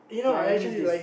K I I miss this